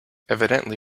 evidently